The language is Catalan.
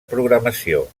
programació